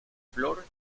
flor